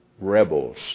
Rebels